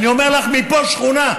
אני אומר לך מפה, שכונה.